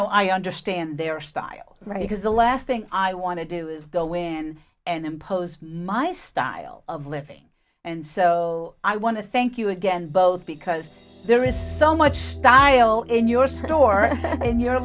know i understand their style right because the last thing i want to do is go in and impose my style of living and so i want to thank you again both because there is so much style in your store in your